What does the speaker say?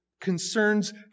concerns